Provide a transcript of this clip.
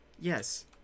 yes